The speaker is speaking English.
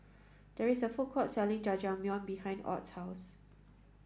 there is a food court selling Jajangmyeon behind Ott's house